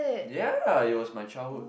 ya it was my childhood